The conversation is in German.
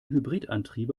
hybridantriebe